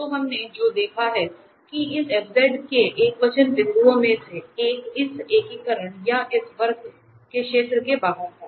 तो हमने जो देखा है कि इस f के एकवचन बिंदुओं में से एक इस एकीकरण या इस वक्र के क्षेत्र के बाहर था